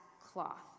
cloth